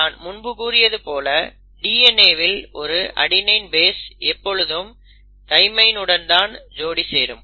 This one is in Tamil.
நான் முன்பு கூறியது போல DNA வில் ஒரு அடெனின் எப்பொழுதும் தைமைனுடன் தான் ஜோடி சேரும்